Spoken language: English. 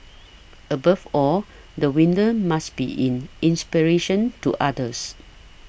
above all the winner must be in inspiration to others